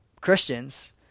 Christians